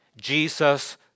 Jesus